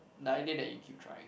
the idea that you keep trying